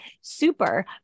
super